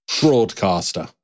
broadcaster